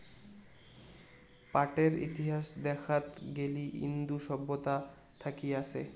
পাটের ইতিহাস দেখাত গেলি ইন্দু সভ্যতা থাকি আসে